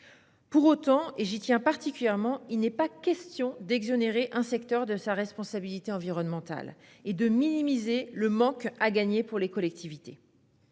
Pour autant, et j'y tiens particulièrement, il n'est pas question d'exonérer un secteur de sa responsabilité environnementale et de minimiser le manque à gagner pour les collectivités.